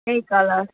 صحیح کلر